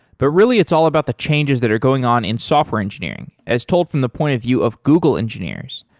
but really, it's all about the changes that are going on in software engineering as told from the point of view of google engineers.